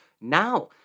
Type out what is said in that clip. Now